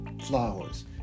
flowers